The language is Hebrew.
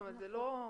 נכון.